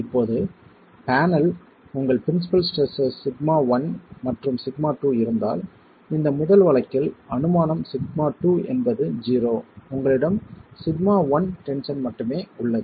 இப்போது பேனல் உங்கள் principal stresses σ11 மற்றும் σ2 இருந்தால் இந்த முதல் வழக்கில் அனுமானம் σ2 என்பது 0 உங்களிடம் σ1 டென்ஷன் மட்டுமே உள்ளது